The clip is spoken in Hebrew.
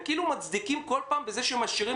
הם כאילו מצדיקים בכל פעם בזה שהם משאירים